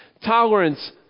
Tolerance